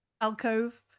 alcove